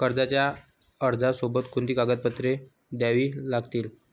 कर्जाच्या अर्जासोबत कोणती कागदपत्रे द्यावी लागतील?